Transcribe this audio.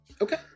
okay